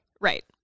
Right